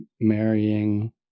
marrying